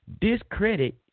discredit